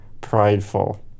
prideful